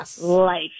life